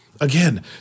again